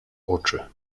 oczy